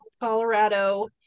Colorado